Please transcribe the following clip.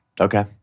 okay